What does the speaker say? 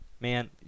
Man